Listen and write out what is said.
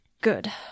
Good